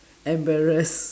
embarrassed